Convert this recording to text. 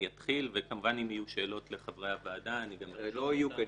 אני אתחיל וכמובן אם יהיו שאלות לחברי הוועדה -- לא יהיו כנראה.